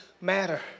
matter